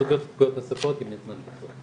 סוגיות רוחביות נוספות, אם יהיה זמן בסוף.